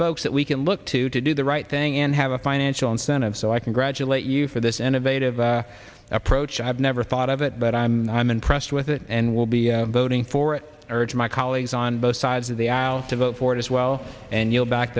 folks that we can look to to do the right thing and have a financial incentive so i congratulate you for this innovative approach i've never thought of it but i'm i'm impressed with it and will be voting for it urge my colleagues on both sides of the out to vote for it as well and yield back